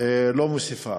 לא מוסיפה.